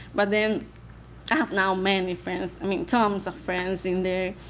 but then i have now many friends. i mean tons of friends in there.